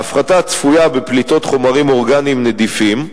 ההפחתה צפויה בפליטות חומרים אורגניים נדיפים.